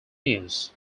news